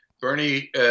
Bernie